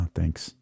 Thanks